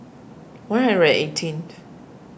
one hundred and eighteenth